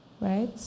right